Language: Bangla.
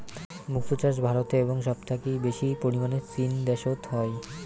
মুক্তা চাষ ভারতে এবং সব থাকি বেশি পরিমানে চীন দ্যাশোত হই